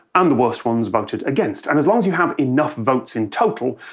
and the worst ones voted against. and as long as you have enough votes in total,